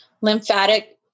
lymphatic